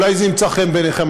אולי זה ימצא חן בעיניכם,